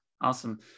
awesome